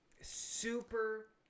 Super